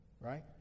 Right